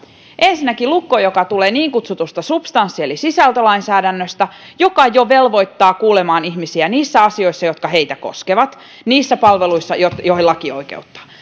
ensinnäkin on lukko joka tulee niin kutsutusta substanssi eli sisältölainsäädännöstä joka jo velvoittaa kuulemaan ihmisiä niissä asioissa jotka heitä koskevat niissä palveluissa joihin joihin laki oikeuttaa